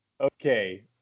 Okay